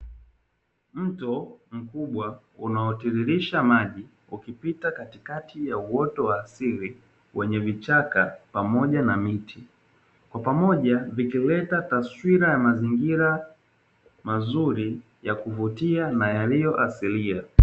Mto mkubwa unaotiririsha maji ukipita katikati ya uoto wa asili wenye vichaka pamoja na miti. Kwa pamoja vikileta taswira ya mazingira mazuri ya kuvutia na yaliyo asilia.